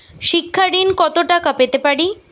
শিক্ষা ঋণ কত টাকা পেতে পারি?